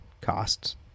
costs